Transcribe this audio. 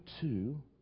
two